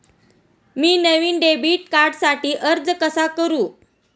मी नवीन डेबिट कार्डसाठी अर्ज कसा करू?